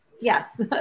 yes